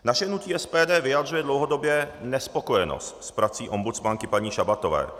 Naše hnutí SPD vyjadřuje dlouhodobě nespokojenost s prací ombudsmanky, paní Šabatové.